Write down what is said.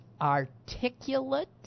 articulate